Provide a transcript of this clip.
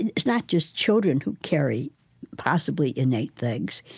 it's not just children who carry possibly innate things.